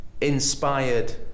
Inspired